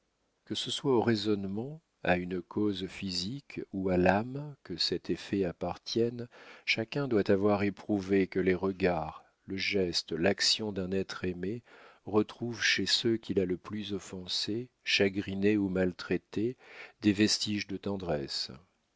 que ce soit au raisonnement à une cause physique ou à l'âme que cet effet appartienne chacun doit avoir éprouvé que les regards le geste l'action d'un être aimé retrouvent chez ceux qu'il a le plus offensés chagrinés ou maltraités des vestiges de tendresse